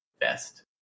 best